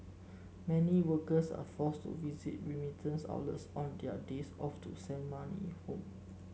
many workers are forced to visit remittance outlets on their days off to send money home